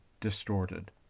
distorted